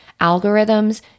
Algorithms